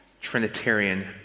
Trinitarian